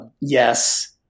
yes